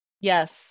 Yes